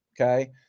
okay